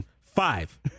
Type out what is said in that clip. five